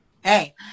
Hey